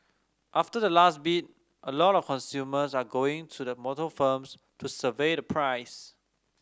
after the last bid a lot of consumers are going to the motor firms to survey the price